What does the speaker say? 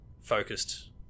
focused